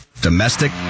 domestic